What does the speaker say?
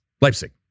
Leipzig